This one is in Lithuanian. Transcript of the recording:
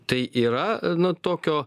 tai yra nu tokio